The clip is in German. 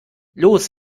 los